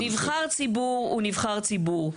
נבחר ציבור הוא נבחר ציבור.